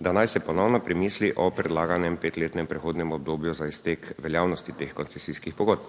da naj se ponovno premisli o predlaganem petletnem prehodnem obdobju za iztek veljavnosti teh koncesijskih pogodb,